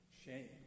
shame